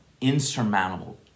insurmountable